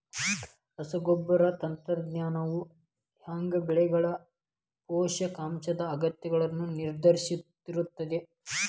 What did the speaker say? ರಸಗೊಬ್ಬರ ತಂತ್ರಜ್ಞಾನವು ಹ್ಯಾಂಗ ಬೆಳೆಗಳ ಪೋಷಕಾಂಶದ ಅಗತ್ಯಗಳನ್ನ ನಿರ್ಧರಿಸುತೈತ್ರಿ?